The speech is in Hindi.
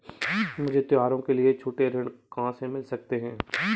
मुझे त्योहारों के लिए छोटे ऋृण कहां से मिल सकते हैं?